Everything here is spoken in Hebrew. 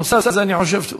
הנושא הזה, אני חושב שהוא